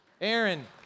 Aaron